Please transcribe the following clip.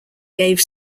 gave